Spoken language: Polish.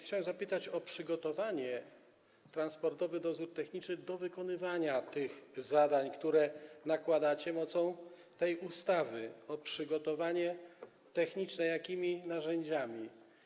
Chciałem zapytać o przygotowanie Transportowego Dozoru Technicznego do wykonywania tych zadań, które nakładacie mocą tej ustawy, o przygotowanie techniczne, o narzędzia.